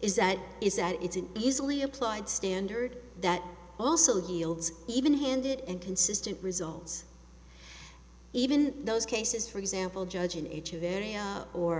is that is that it's an easily applied standard that also yields even handed and consistent results even those cases for example judge in each of area or